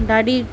ॾाढी